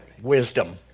Wisdom